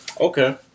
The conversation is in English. Okay